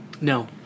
No